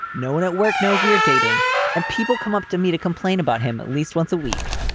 no one at work knows we are dating and people come up to me to complain about him at least once a week.